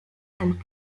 and